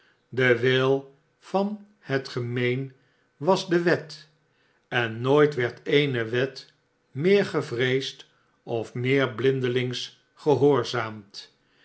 de wil van het gemeen was de wet en nooit werd eene wet meer gevreesd of meer blindelings gehoorzaamd het